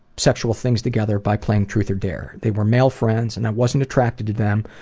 sexual things together by playing truth or dare. they were male friends and i wasn't attracted to them,